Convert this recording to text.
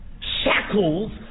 shackles